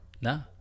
No